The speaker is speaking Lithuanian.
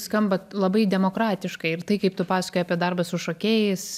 skamba labai demokratiškai ir tai kaip tu pasakoji apie darbą su šokėjais